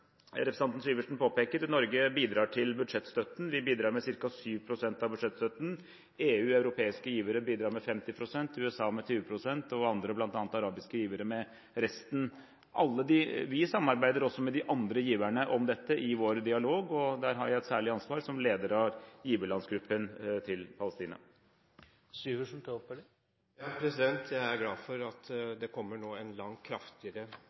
at Norge bidrar til budsjettstøtten – vi bidrar med ca. 7 pst. av budsjettstøtten. EU, europeiske givere, bidrar med 50 pst., USA med 20 pst., og andre, bl.a. arabiske givere, bidrar med resten. Vi samarbeider med de andre giverne om dette i vår dialog, og der har jeg et særlig ansvar som leder av giverlandsgruppen til palestinerne. Jeg er glad for at det nå kommer en langt kraftigere